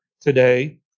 today